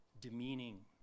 demeaning